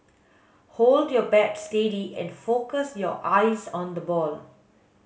hold your bat steady and focus your eyes on the ball